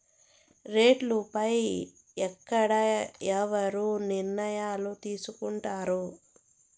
రేట్లు పై ఎక్కడ ఎవరు నిర్ణయాలు తీసుకొంటారు?